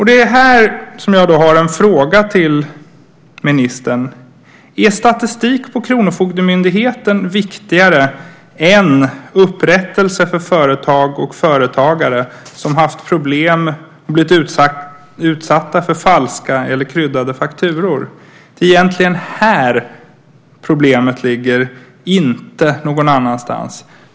Det är här som jag har en fråga till justitieministern. Är statistik på kronofogdemyndigheten viktigare än upprättelse för företag och företagare som haft problem med att ha blivit utsatta för falska eller kryddade fakturor? Det är egentligen här problemet ligger, inte någon annanstans.